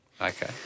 Okay